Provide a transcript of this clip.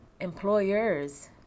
employers